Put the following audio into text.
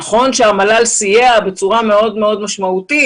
נכון שהמל"ל סייע בצורה מאוד מאוד משמעותית